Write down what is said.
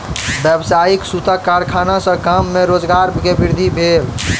व्यावसायिक सूतक कारखाना सॅ गाम में रोजगार के वृद्धि भेल